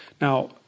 Now